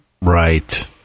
Right